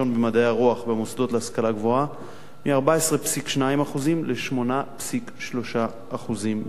הרוח במוסדות להשכלה גבוהה מ-14.2% ל-8.3% בלבד.